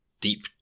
Deep